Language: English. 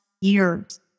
years